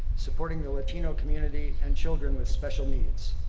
supporting the latino community and children with special needs.